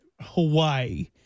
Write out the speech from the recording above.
Hawaii